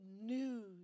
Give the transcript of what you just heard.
news